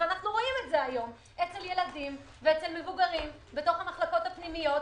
ואנחנו רואים את זה היום אצל ילדים ואצל מבוגרים בתוך המחלקות הפנימיות,